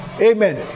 Amen